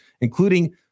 including